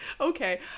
okay